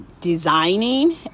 designing